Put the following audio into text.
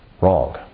wrong